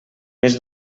més